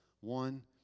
One